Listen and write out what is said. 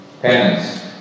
penance